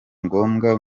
ngombwa